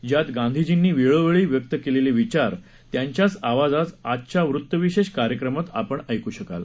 ज्यात गांधीजींनी वेळोवेळी व्यक्त केलेले विचार त्यांच्याच आवाजात आजच्या वृत्तविशेष कार्यक्रमात ऐकू शकाल